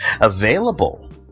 Available